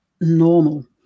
normal